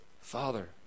Father